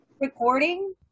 recording